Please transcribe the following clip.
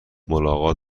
مان